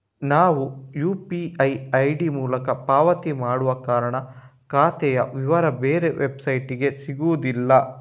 ನಾವು UPI ID ಮೂಲಕ ಪಾವತಿ ಮಾಡುವ ಕಾರಣ ಖಾತೆಯ ವಿವರ ಬೇರೆ ವೆಬ್ಸೈಟಿಗೆ ಸಿಗುದಿಲ್ಲ